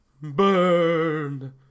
Burned